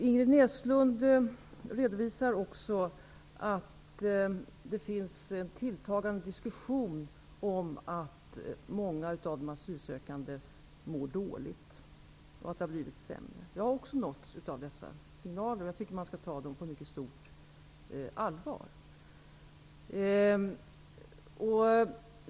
Ingrid Näslund redovisar också att det finns en tilltagande diskussion om att många av de asylsökande mår dåligt och att det har blivit sämre. Också jag har nåtts av dessa signaler. Jag tycker att man skall ta dem på mycket stort allvar.